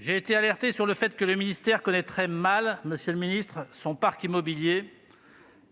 J'ai été alerté sur le fait que le ministère connaîtrait mal, monsieur le ministre, son parc immobilier,